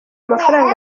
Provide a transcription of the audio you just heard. amafaranga